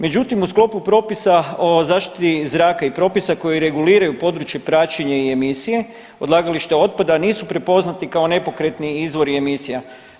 Međutim u sklopu propisa o zaštiti zraka i propisa koji reguliraju područje praćenja i emisije odlagališta otpada nisu prepoznati kao nepokretni izvori emisija.